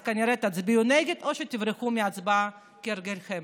אז כנראה תצביעו נגד או שתברחו מההצבעה כהרגלכם.